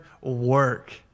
work